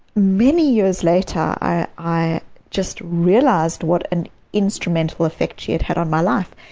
many years later i i just realized what an instrumental effect she had had on my life.